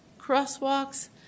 crosswalks